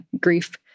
grief